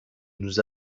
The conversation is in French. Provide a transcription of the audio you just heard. nous